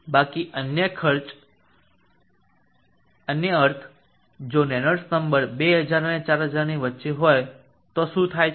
બાકી અન્ય અર્થ જો રેનોલ્ડ્સ નંબર 2000 અને 4000 ની વચ્ચે હોય તો શું થાય છે